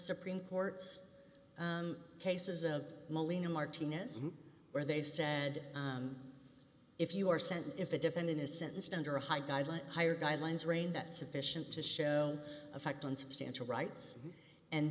supreme court's cases of moline in martina's where they said if you are sent if a defendant is sentenced under a high guideline higher guidelines reign that sufficient to show effect on substantial rights and